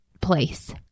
place